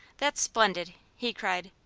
that's splendid! he cried.